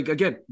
Again